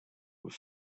were